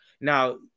Now